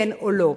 כן או לא.